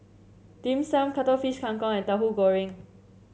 Dim Sum Cuttlefish Kang Kong and Tauhu Goreng